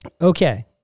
Okay